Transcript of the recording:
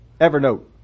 Evernote